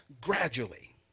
gradually